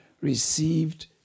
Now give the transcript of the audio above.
received